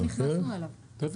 כמו שנאמר, יש פה הסכמה די